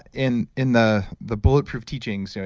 in in the the bulletproof teachings,